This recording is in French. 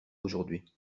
aujourd’hui